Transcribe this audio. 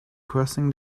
crossing